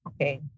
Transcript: Okay